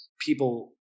people